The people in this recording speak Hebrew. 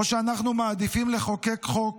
או שאנחנו מעדיפים לחוקק חוק